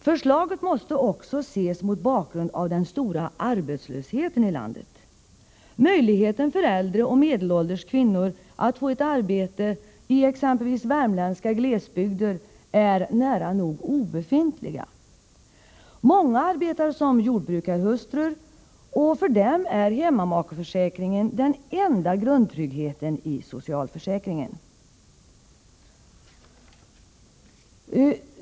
Förslaget måste också ses mot bakgrund av den höga arbetslösheten i landet. Möjligheten för äldre och medelålders kvinnor att få ett arbete i exempelvis den värmländska glesbygden är nära nog obefintlig. Många arbetar som jordbrukarhustrur, och för dem är hemmamakeförsäkringen den enda grundtryggheten i socialförsäkringen.